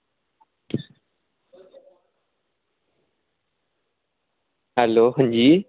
hello हां जी